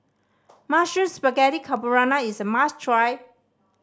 Mushroom Spaghetti Carbonara is a must try